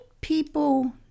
people